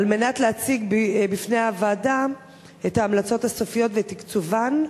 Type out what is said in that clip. על מנת להציג בפני הוועדה את ההמלצות הסופיות ואת תקצובן,